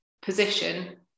position